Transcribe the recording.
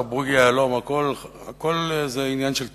בוגי יעלון: הכול זה עניין של טקטיקות,